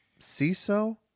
CISO